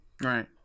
right